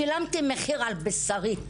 שילמתי מחיר על בשרי,